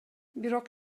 бирок